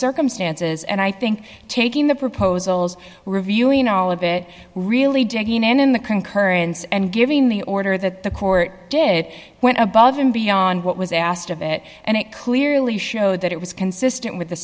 circumstances and i think taking the proposals reviewing all of it really digging in in the concurrence and giving the order that the court did it went above and beyond what was asked of it and it clearly showed that it was consistent with the